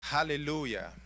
hallelujah